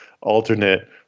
alternate